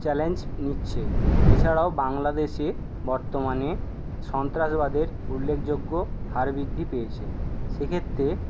challenge নিচ্ছে এছাড়াও বাংলাদেশে বর্তমানে সন্ত্রাসবাদের উল্লেখযোগ্য হার বৃদ্ধি পেয়েছে সেক্ষেত্রে